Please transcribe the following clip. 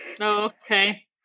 Okay